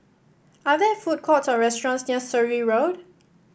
are there food courts or restaurants near Surrey Road